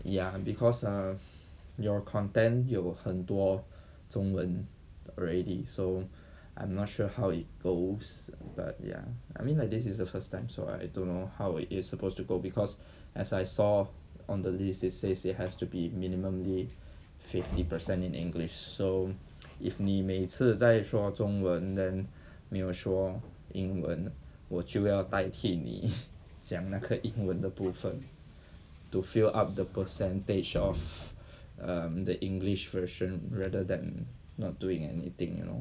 ya because ah your content 有很多中文 already so I'm not sure how it goes but ya I mean like this is the first time so I don't know how it is supposed to go because as I saw on the list it says it has to be minimum the fifty percent in english so if 你每次在说中文 then 没有说英文我就要代替你讲那个英文的部份 to fill up the percentage of um the english version rather than not doing anything you know